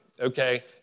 okay